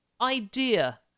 idea